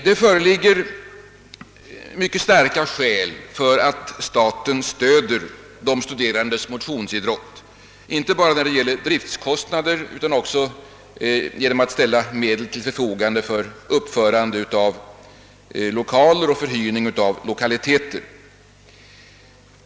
Det föreligger mycket starka skäl för att staten stöder de studerandes motionsidrott, inte bara i form av driftkostnader utan också genom att ställa till förfogande medel för uppförande och förhyrning av lokaler.